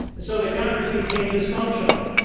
and so the congress became dysfunctional.